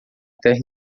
terra